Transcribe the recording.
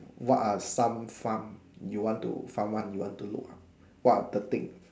what are some fun you want to fun one you want to look up what are the thing